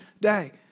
Day